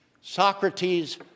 Socrates